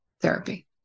therapy